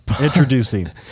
introducing